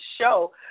show